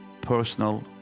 personal